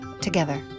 together